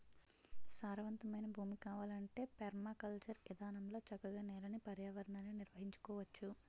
సారవంతమైన భూమి కావాలంటే పెర్మాకల్చర్ ఇదానంలో చక్కగా నేలని, పర్యావరణాన్ని నిర్వహించుకోవచ్చు